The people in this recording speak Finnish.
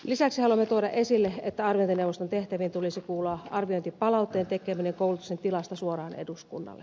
lisäksi haluamme tuoda esille että arviointineuvoston tehtäviin tulisi kuulua arviointipalautteen tekeminen koulutuksen tilasta suoraan eduskunnalle